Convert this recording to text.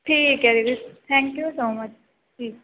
ਠੀਕ ਹੈ ਦੀਦੀ ਥੈਂਕ ਯੂ ਸੋ ਮਚ